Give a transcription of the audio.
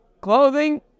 clothing